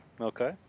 Okay